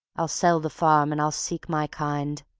i'll sell the farm and i'll seek my kind,